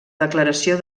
declaració